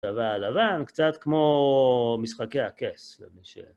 הצבא הלבן, קצת כמו משחקי הכס למי ש...